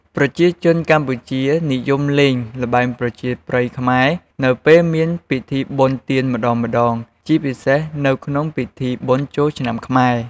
ប្រជាជនកម្ពុជានិយមលេង ល្បែងប្រជាប្រិយខ្មែរ នៅពេលមានពិធីបុណ្យទានម្តងៗ ជាពិសេសនៅក្នុងពិធីបុណ្យចូលឆ្នាំខ្មែរ។